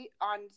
on